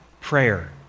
prayer